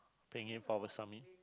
bring it forward